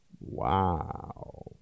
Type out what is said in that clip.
Wow